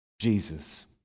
Jesus